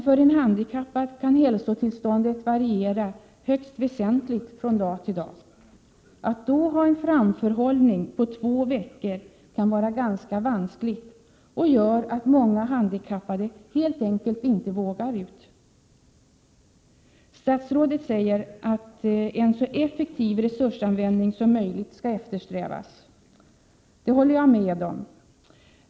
För en handikappad kan hälsotillståndet variera högst väsentligt från dag till dag. Att då ha en framförhållning på två veckor kan vara ganska vanskligt och gör att många handikappade helt enkelt inte vågar sig ut. Statsrådet säger att en så effektiv resursanvändning som möjligt skall eftersträvas. Det håller jag med om.